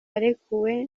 arekuwe